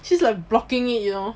she's like blocking it you know